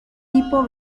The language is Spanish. tipo